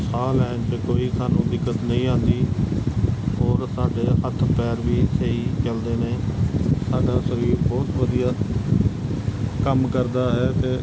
ਸਾਹ ਲੈਣ ਕੋਈ ਸਾਨੂੰ ਦਿੱਕਤ ਨਹੀਂ ਆਉਂਦੀ ਹੋਰ ਸਾਡੇ ਹੱਥ ਪੈਰ ਵੀ ਸਹੀ ਚੱਲਦੇ ਨੇ ਸਾਡਾ ਸਰੀਰ ਬਹੁਤ ਵਧੀਆ ਕੰਮ ਕਰਦਾ ਹੈ ਅਤੇ